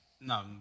no